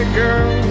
girl